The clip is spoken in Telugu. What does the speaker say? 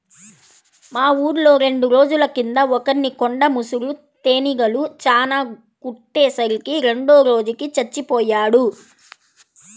మా ఊర్లో రెండు రోజుల కింద ఒకర్ని కొండ ముసురు తేనీగలు చానా కుట్టే సరికి రెండో రోజుకి చచ్చిపొయ్యాడు